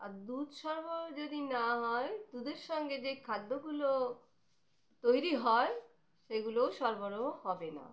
আর দুধ সরবরাহ যদি না হয় দুধের সঙ্গে যে খাদ্যগুলো তৈরি হয় সেগুলোও সরবরাহ হবে না